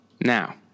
Now